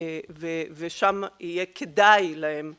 ושם יהיה כדאי להם